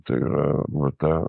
tai yra va ta